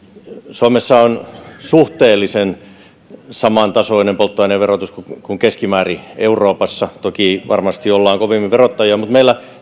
suomessa on suhteellisen saman tasoinen polttoaineverotus kuin kuin keskimäärin euroopassa toki varmasti ollaan kovemmin verottajia mutta meillä